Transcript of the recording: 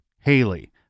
Haley